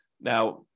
Now